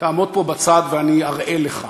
תעמוד פה בצד ואני אראה לך,